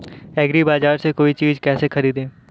एग्रीबाजार से कोई चीज केसे खरीदें?